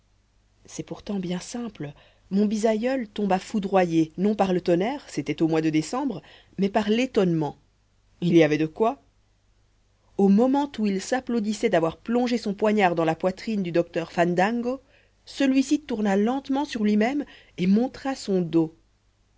c'est pourtant bien simple mon bisaïeul tomba foudroyé non par le tonnerre c'était au mois de décembre mais par l'étonnement il y avait de quoi au moment où il s'applaudissait d'avoir plongé son poignard dans la poitrine du docteur fandango celui-ci tourna lentement sur lui-même et montra son dos